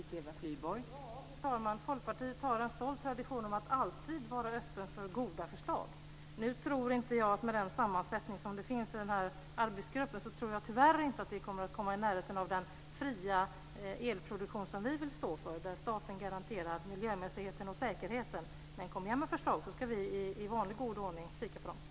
Fru talman! Folkpartiet har en stolt tradition att alltid vara öppet för goda förslag. Med den sammansättning som denna arbetsgrupp har tror jag tyvärr inte att vi kommer att komma i närheten av den fria elproduktion som vi vill stå för, där staten garanterar miljömässigheten och säkerheten. Men kom igen med förslag, så ska vi i vanlig god ordning kika på dem.